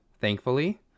thankfully